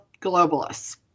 globalists